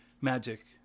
magic